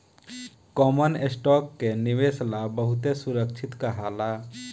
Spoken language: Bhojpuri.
कॉमन स्टॉक के निवेश ला बहुते सुरक्षित कहाला